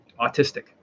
autistic